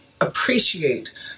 appreciate